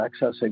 accessing